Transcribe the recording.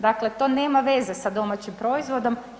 Dakle, to nema veze sa domaćim proizvodom.